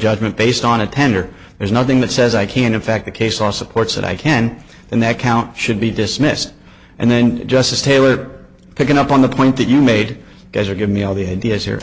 judgment based on a tender there's nothing that says i can affect the case law supports that i can and that count should be dismissed and then justice taylor picking up on the point that you made as or give me all the ideas here